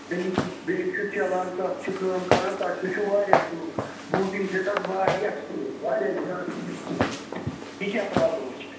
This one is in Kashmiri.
بیٚیہِ چھُ بیٚیہِ چھُ چَلان تتھ چھِ کٲم کَران تتھ چھُ سُہ چھُ واریاہ سُلو بوٗٹِنٛگ چھِ تتھ واریاہ سُلو واریاہ زیاد سُلو یہِ کیٛاہ پرٛابلَما چھِ